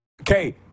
Okay